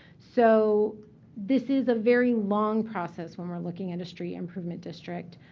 so this is a very long process when we're looking industry improvement district.